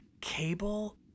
Cable